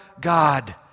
God